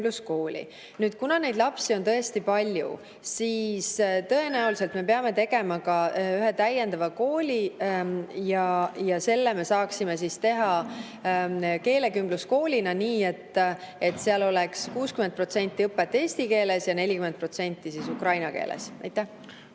Kuna neid lapsi on tõesti palju, siis tõenäoliselt me peame tegema ka ühe täiendava kooli. Selle me saaksime teha keelekümbluskoolina, nii et seal oleks 60% õpet eesti keeles ja 40% ukraina keeles. Nüüd